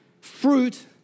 fruit